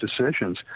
decisions